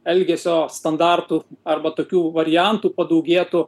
elgesio standartų arba tokių variantų padaugėtų